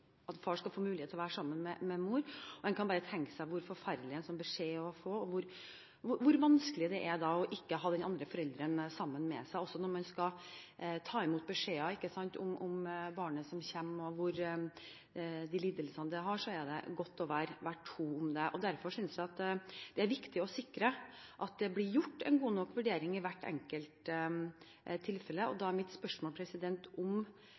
at far skal få mulighet til å være sammen med mor. En kan bare tenke seg hvor forferdelig en sånn beskjed er å få, og hvor vanskelig det er ikke å ha den andre forelderen sammen med seg. Også når man skal ta imot beskjeder om barnet som kommer og de lidelsene det har, er det godt å være to om det. Derfor synes jeg det er viktig å sikre at det blir gjort en god nok vurdering i hvert enkelt tilfelle. Da er mitt spørsmål om